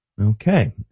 Okay